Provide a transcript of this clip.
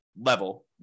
level